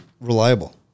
reliable